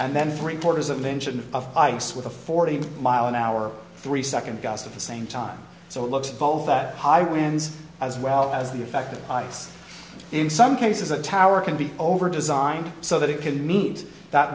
and then three quarters of an engine of ice with a forty mile an hour three second gossip the same time so look at both that high winds as well as the effect of ice in some cases a tower can be over designed so that it can meet that